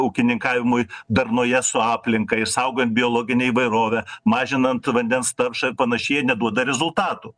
ūkininkavimui darnoje su aplinka išsaugant biologinę įvairovę mažinant vandens taršą ir panašiai jie neduoda rezultatų